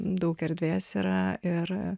daug erdvės yra ir